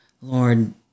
lord